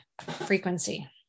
frequency